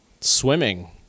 Swimming